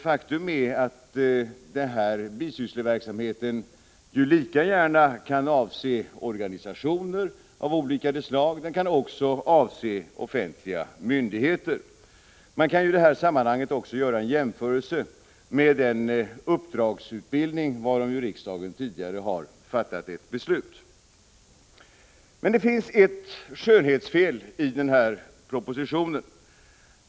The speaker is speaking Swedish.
Faktum är att den här bisyssleverksamheten lika gärna kan avse organisationer av olika slag. Den kan också avse offentliga myndigheter. Man kan i detta sammanhang också göra en jämförelse med den uppdragsutbildning varom riksdagen ju tidigare har fattat ett beslut. Men det finns ett skönhetsfel i den här propositionen.